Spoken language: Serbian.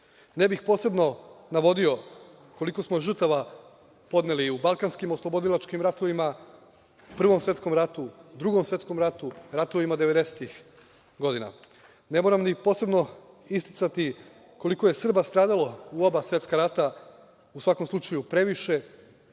bih posebno navodio koliko smo žrtava podneli u balkanskim oslobodilačkim ratovima, Prvom svetskom ratu, Drugom svetskom ratu, ratovima 90-ih godina. Ne moram ni posebno isticati koliko je Srba stradalo u oba svetska rata. U svakom slučaju previše,